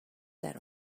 that